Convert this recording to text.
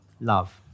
love